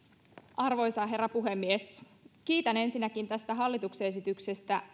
arvoisa herra puhemies kiitän ensinnäkin tästä hallituksen esityksestä